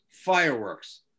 fireworks